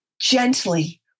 gently